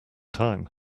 time